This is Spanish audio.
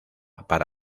para